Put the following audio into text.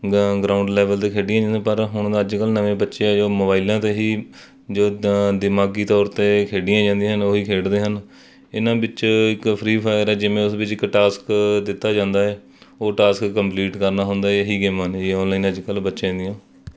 ਗ ground level 'ਤੇ ਖੇਡੀਆਂ ਜਾਂਦੀਆਂ ਪਰ ਹੁਣ ਅੱਜ ਕੱਲ੍ਹ ਨਵੇਂ ਬੱਚੇ ਆ ਜੋ ਮੋਬਾਈਲਾਂ 'ਤੇ ਹੀ ਜੋ ਦ ਦਿਮਾਗੀ ਤੌਰ 'ਤੇ ਖੇਡੀਆਂ ਜਾਂਦੀਆਂ ਹਨ ਉਹੀ ਖੇਡਦੇ ਹਨ ਇਹਨਾਂ ਵਿੱਚ ਇੱਕ ਫਰੀ ਫਾਇਰ ਹੈ ਜਿਵੇਂ ਉਸ ਵਿੱਚ ਟਾਸਕ ਦਿੱਤਾ ਜਾਂਦਾ ਏ ਉਹ ਟਾਸਕ ਕੰਪਲੀਟ ਕਰਨਾ ਹੁੰਦਾ ਇਹੀ ਗੇਮਾਂ ਨੇ ਜੀ ਔਨਲਾਈਨ ਅੱਜ ਕੱਲ੍ਹ ਬੱਚਿਆਂ ਦੀਆਂ